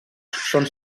són